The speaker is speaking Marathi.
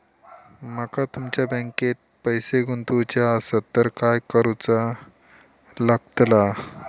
माका तुमच्या बँकेत पैसे गुंतवूचे आसत तर काय कारुचा लगतला?